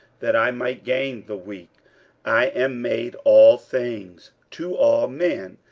that i might gain the weak i am made all things to all men,